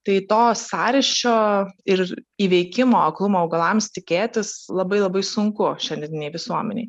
tai to sąryšio ir įveikimo aklumo augalams tikėtis labai labai sunku šiandieninėje visuomenėje